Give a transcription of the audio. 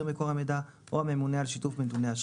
מקור המידע או הממונה על שיתוף מקור המידע